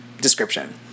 description